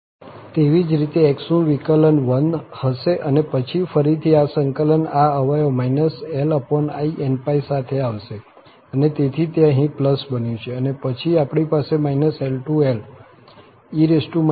તેવી જ રીતે x નું વિકલન 1 હશે અને પછી ફરીથી આ સંકલન આ અવયવ linπ સાથે આવશે અને તેથી તે અહીં બન્યું છે અને પછી આપણી પાસે∫ ll e inπxldx છે